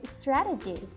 strategies